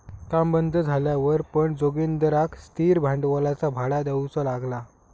काम बंद झाल्यावर पण जोगिंदरका स्थिर भांडवलाचा भाडा देऊचा लागला